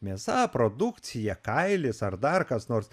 mėsa produkcija kailis ar dar kas nors